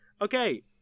Okay